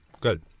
Good